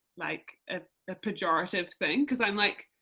like and ah pejorative thing, because i'm like,